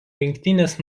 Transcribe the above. rinktinės